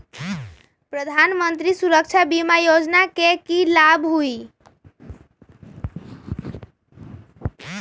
प्रधानमंत्री सुरक्षा बीमा योजना के की लाभ हई?